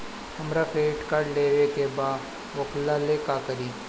हमरा credit card लेवे के बा वोकरा ला का करी?